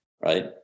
right